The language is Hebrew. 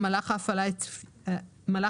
במצב של ניגוד עניינים בין תפקידו כחבר